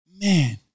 man